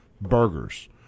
burgers